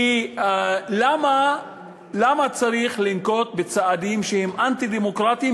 כי למה צריך לנקוט צעדים שהם אנטי-דמוקרטיים